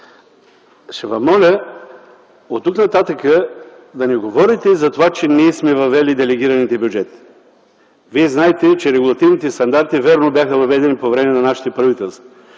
ще Ви моля оттук-нататък да не говорите, че ние сме въвели делегираните бюджети. Знаете, вярно, регулативните стандарти бяха въведени по време на нашите правителства.